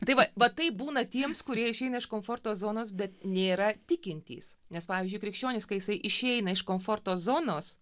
tai va va taip būna tiems kurie išeina iš komforto zonos bet nėra tikintys nes pavyzdžiui krikščionis kai jisai išeina iš komforto zonos